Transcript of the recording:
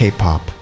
K-Pop